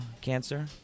cancer